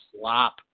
slop